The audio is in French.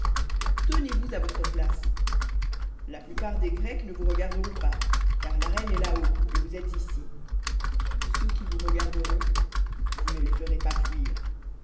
tenez-vous à votre place la plupart des grecs ne vous regarderont pas car la reine est là haut et vous êtes ici ceux qui vous regarderont vous ne les ferez pas fuir